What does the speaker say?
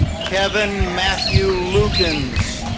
kevin matthew lugans.